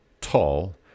tall